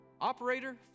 operator